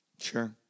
Sure